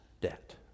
debt